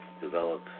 develop